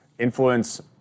influence